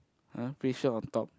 uh free shirt on top